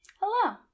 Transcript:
Hello